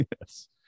yes